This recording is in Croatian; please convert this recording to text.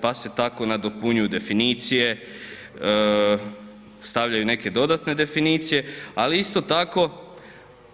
Pa se tako nadopunjuju definicije, stavljaju neke dodatne definicije, ali isto tako